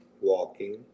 walking